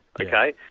okay